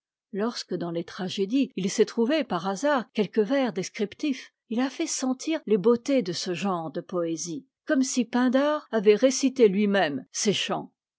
lorsque dans les tragédies il s'est trouvé par hasard quelques vers descriptifs il a fait sentir les beautés de ce genre de poésie comme si pindare avait récité lui-même ses chants